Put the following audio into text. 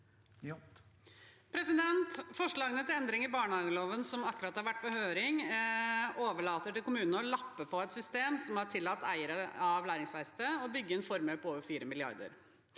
Forslagene til end- ringer i barnehageloven, som akkurat har vært på høring, overlater til kommunene å lappe på et system som har tillatt eierne av Læringsverkstedet å bygge en formue på over 4 mrd.